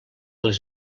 les